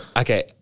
okay